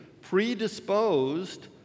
predisposed